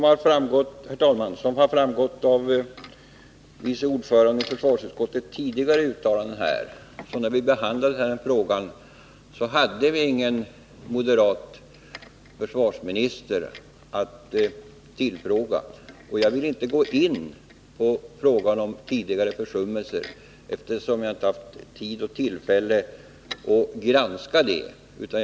Herr talman! Som har framgått av försvarsutskottets vice ordförandes tidigare uttalanden hade vi när vi behandlade denna fråga ingen moderat försvarsminister att tillfråga. Och jag vill inte gå in på eventuella tidigare försummelser, eftersom jag inte har haft tid och tillfälle att granska om sådana har ägt rum.